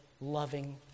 loving